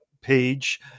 page